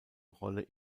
rolle